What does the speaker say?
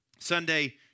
Sunday